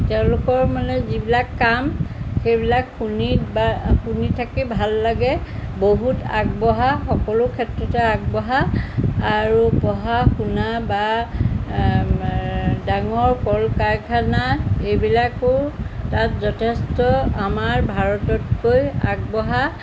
তেওঁলোকৰ মানে যিবিলাক কাম সেইবিলাক শুনি বা শুনি থাকি ভাল লাগে বহুত আগবঢ়া সকলো ক্ষেত্ৰতে আগবঢ়া আৰু পঢ়া শুনা বা ডাঙৰ কল কাৰখানা এইবিলাকো তাত যথেষ্ট আমাৰ ভাৰততকৈ আগবঢ়া